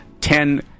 ten